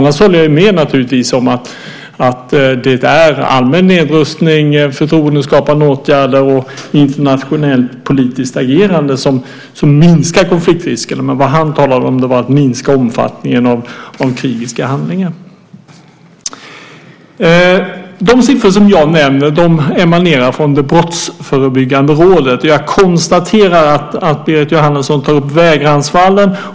Jag håller naturligtvis med om att det är allmän nedrustning, förtroendeskapande åtgärder och internationellt politiskt agerande som minskar konfliktrisken. Vad han talade om var att minska omfattningen av krigiska handlingar. De siffror som jag nämnde emanerar från Brottsförebyggande rådet. Jag konstaterar att Berit Jóhannesson tar upp vägransfallen.